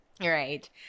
Right